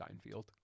Steinfeld